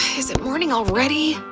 is it morning already?